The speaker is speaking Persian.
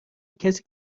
کسی